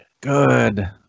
Good